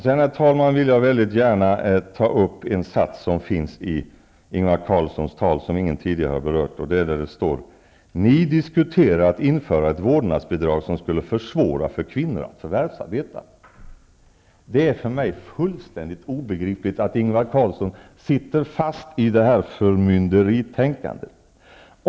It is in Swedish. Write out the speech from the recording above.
Sedan, herr talman, vill jag gärna ta upp en sats i Ingvar Carlssons tal som ingen tidigare har berört: Ni diskuterar införandet av ett vårdnadsbidrag som skulle försvåra för kvinnor att förvärvsarbeta. För mig är det fullständigt obegripligt att Ingvar Carlsson är fast i förmynderitänkandet.